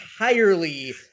entirely